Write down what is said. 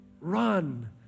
Run